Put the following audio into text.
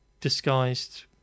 disguised